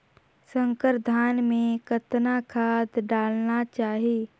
संकर धान मे कतना खाद डालना चाही?